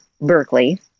Berkeley